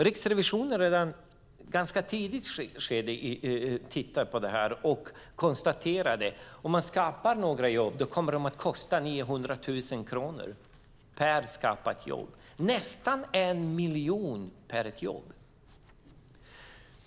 Riksrevisionen tittade på detta redan i ett ganska tidigt skede och konstaterade att om man skapar några jobb kommer det att kosta 900 000 kronor per skapat jobb. Det är nästan 1 miljon per jobb.